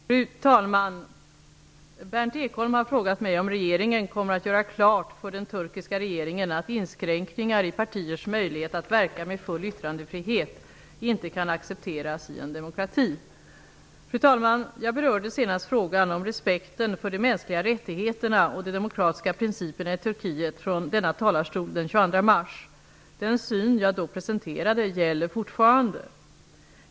Fru talman! Berndt Ekholm har frågat mig om regeringen kommer att göra klart för den turkiska regeringen att inskränkningar i partiers möjlighet att verka med full yttrandefrihet inte kan accepteras i en demokrati. Fru talman! Jag berörde senast frågan om respekten för de mänskliga rättigheterna och de demokratiska principerna i Turkiet från denna talarstol den 22 mars. Den syn jag då presenterade gäller fortfarande.